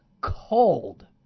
cold